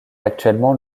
actuellement